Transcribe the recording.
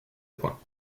points